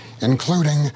including